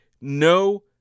no